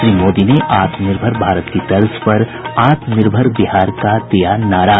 श्री मोदी ने आत्मनिर्भर भारत की तर्ज पर आत्मनिर्भर बिहार का दिया नारा